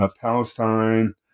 Palestine